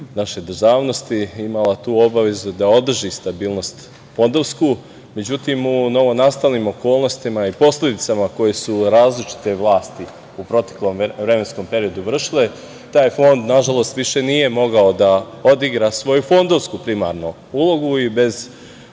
naše državnosti imala tu obavezu da održi stabilnost fondovsku. Međutim, u novonastalim okolnostima i posledicama koje su različite vlasti u proteklom vremenskom periodu vršile taj Fond nažalost više nije mogao da odigra svoju fondovsku primarnu ulogu i bez